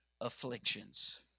afflictions